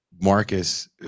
Marcus